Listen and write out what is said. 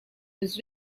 was